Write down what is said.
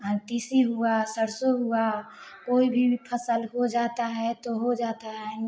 और तीसी हुआ सरसों हुआ कोई भी फ़सल हो जाती है तो हो जाती है